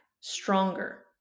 stronger